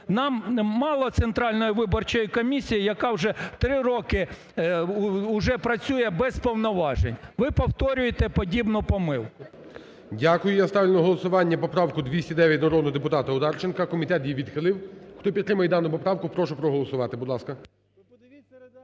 Нам мало Центральної виборчої комісії, яка вже три роки уже працює без повноважень. Ви повторюєте подібну помилку. ГОЛОВУЮЧИЙ. Дякую. Я ставлю на голосування поправку 209 народного депутата Одарченка. Комітет її відхилив. Хто підтримує дану поправку, прошу проголосувати, будь ласка.